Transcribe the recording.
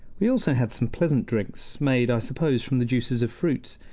we also had some pleasant drinks, made, i suppose, from the juices of fruits,